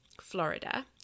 Florida